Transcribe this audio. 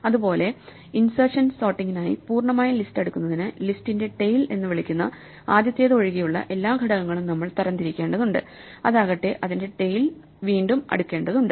അതുപോലെ ഇൻസെർഷൻ സോർട്ടിങ്ങിനായി പൂർണ്ണമായ ലിസ്റ്റ് അടുക്കുന്നതിന് ലിസ്റ്റിന്റെ ടെയിൽ എന്ന് വിളിക്കുന്ന ആദ്യത്തേത് ഒഴികെയുള്ള എല്ലാ ഘടകങ്ങളും നമ്മൾ തരംതിരിക്കേണ്ടതുണ്ട് അതാകട്ടെ അതിന്റെ ടെയിൽ വീണ്ടും അടുക്കേണ്ടതുണ്ട്